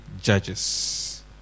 judges